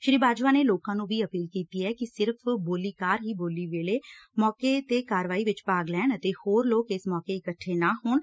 ਸ੍ਰੀ ਬਾਜਵਾ ਨੇ ਲੋਕਾਂ ਨੂੰ ਵੀ ਅਪੀਲ ਕੀਤੀ ਕਿ ਸਿਰਫ ਬੋਲੀਕਾਰ ਹੀ ਬੋਲੀ ਹੋਣ ਮੌਕੇ ਕਾਰਵਾਈ ਵਿਚ ਭਾਗ ਲੈਣ ਅਤੇ ਹੋਰ ਲੋਕ ਇਸ ਮੌਕੇ ਇਕੱਠੇ ਨਾ ਹੋਣ